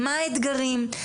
מה האתגרים,